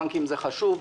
בנקים זה חשוב,